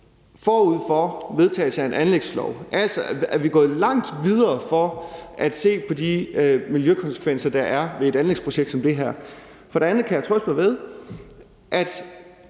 forud for vedtagelsen af en anlægslov. Altså er vi gået langt videre for at se på de miljøkonsekvenser, der er ved et anlægsprojekt som det her. For det andet kan jeg trøste mig ved, at